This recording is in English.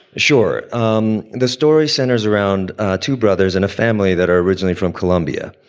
sure. um the story centers around two brothers and a family that are originally from colombia.